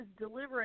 delivering